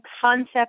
concept